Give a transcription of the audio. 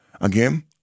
again